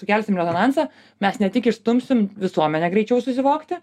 sukelsim rezonansą mes ne tik išstumsim visuomenę greičiau susivokti